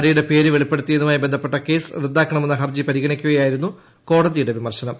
നടിയുടെ പേര് വെളിപ്പെടുത്തിയതുമായി ബന്ധപ്പെട്ട കേസ് റദ്ദാക്കണമെന്ന ഹർജി പരിഗണിക്കവെയായിരുന്നു കോടതിയുടെ വിമർശനം